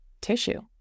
tissue